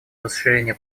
расширения